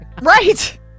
right